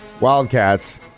Wildcats